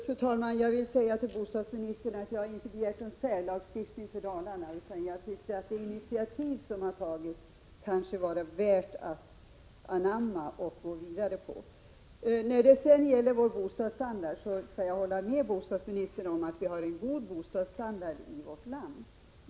Fru talman! Jag vill säga till bostadsministern att jag inte har begärt någon särlagstiftning för Dalarna. Jag tycker dock att det initiativ som har tagits kan vara värt att anamma när det gäller att gå vidare med detta arbete. Jag kan hålla med bostadsministern om att vi har en god bostadsstandard i vårt land.